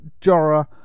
Jorah